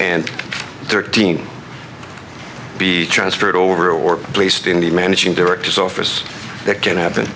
and thirteen be transferred over or placed in the managing directors office that can happen